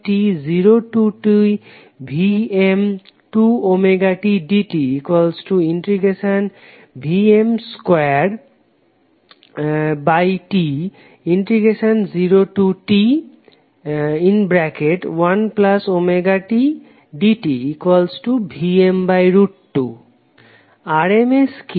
Vrms1T0TVm2ωt dtVm2T0T1ωt dt Vm2 RMS কি